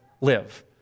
live